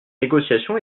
négociation